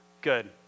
Good